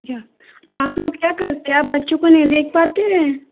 क्या आप लोग क्या करते हैं आप बच्चों को नहीं देख पाते हैं